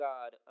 God